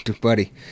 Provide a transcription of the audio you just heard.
buddy